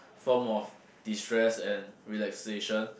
form of destress and relaxation